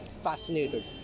fascinated